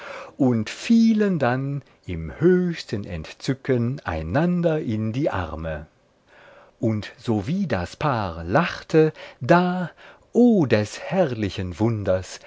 und fielen dann im höchsten entzücken einander in die arme und sowie das paar lachte da o des herrlichen wunders